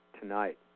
tonight